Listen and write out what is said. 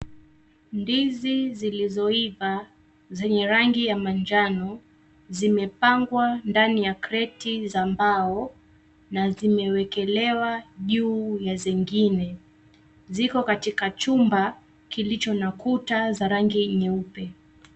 Ndizi zilizoiva zenye rangi ya manjano, zimepangwa ndani ya kreti za mbao na zimewekelewa juu ya zingine. Ziko katika chumba kilicho na kuta za rangi nyeupe.